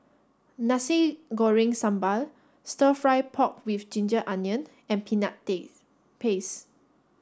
Nasi Goreng Sambal stir fry pork with ginger onion and peanut this paste